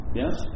yes